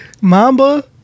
Mamba